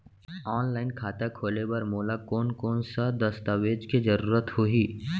Online खाता खोले बर मोला कोन कोन स दस्तावेज के जरूरत होही?